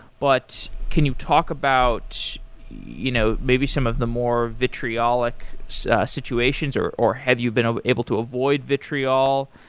but can you talk about you know maybe some of the more vitriolic so situations, or or have you been ah able to avoid vitriol?